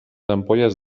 ampolles